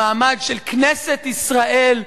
המעמד של כנסת ישראל,